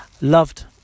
loved